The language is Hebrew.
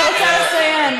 אני רוצה לסיים.